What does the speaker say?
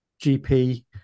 GP